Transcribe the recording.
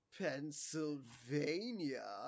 Pennsylvania